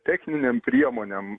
techninėm priemonėm